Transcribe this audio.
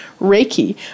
Reiki